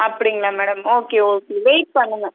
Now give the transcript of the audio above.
அப்படிங்களா madam okay okay wait பண்ணுங்க